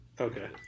Okay